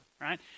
right